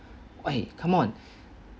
wei come on